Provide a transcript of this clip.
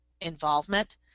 involvement